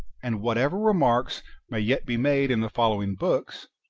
and avhatever remarks may yet be made in the following books,